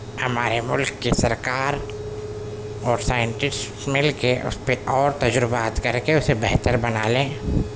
ہمارے ملک کی سرکار اور سائنٹسٹس مل کے اس پہ اور تجربات کر کے اسے بہتر بنا لیں